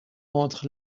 entre